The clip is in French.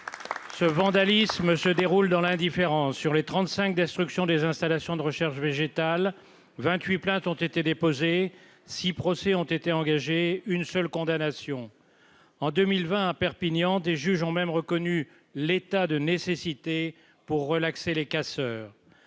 Ce vandalisme se déroule dans l'indifférence, sur les 35, destruction des installations de recherche végétale 28 plaintes ont été déposées, si procès ont été engagées, une seule condamnation en 2020 à Perpignan, des juges ont même reconnu l'état de nécessité pour relaxer les casseurs